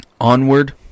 Onward